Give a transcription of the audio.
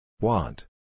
Want